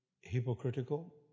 hypocritical